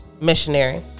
missionary